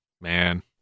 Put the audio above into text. Man